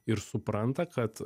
ir supranta kad